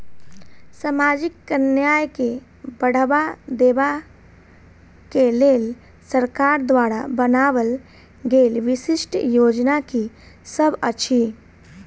सामाजिक न्याय केँ बढ़ाबा देबा केँ लेल सरकार द्वारा बनावल गेल विशिष्ट योजना की सब अछि?